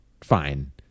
fine